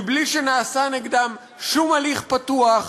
בלי שנעשה נגדם שום הליך פתוח,